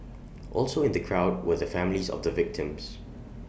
also in the crowd were the families of the victims